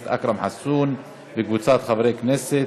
ומסעוד.